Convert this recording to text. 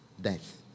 death